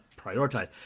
prioritize